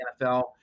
NFL